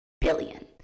billion